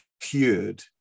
cured